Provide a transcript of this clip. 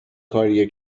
کاریه